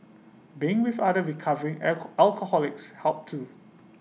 being with other recovery alcoholics helped too